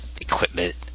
equipment